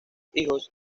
hijos